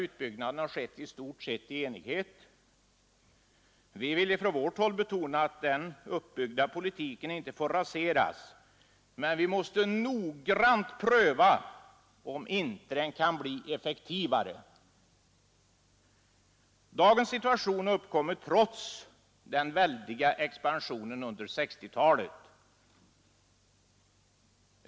Uppbyggnaden har skett i stort sett i enighet. Vi vill från vårt håll betona att den uppbyggda politiken inte får raseras men vi måste noggrant pröva om den inte kan bli effektivare. Dagens situation har uppkommit trots den väldiga expansionen av arbetsmarknadspolitiken.